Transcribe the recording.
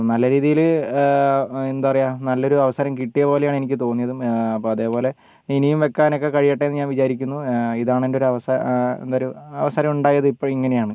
നല്ല രീതിയിൽ എന്താ പറയാ നല്ലൊരു അവസരം കിട്ടിയ പോലെയാണ് എനിക്ക് തോന്നിയതും അപ്പോൾ അതുപോലെ ഇനിയും വെക്കാനൊക്കെ കഴിയട്ടേന്നു ഞാൻ വിചാരിക്കുന്നു ഇതാണെൻ്റെയൊരു അവസ എന്താ ഒരു അവസരമുണ്ടായത് ഇപ്പോൾ ഇങ്ങനെയാണ്